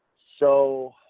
so,